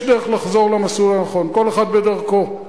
יש דרך לחזור למסלול הנכון, כל אחד בדרכו.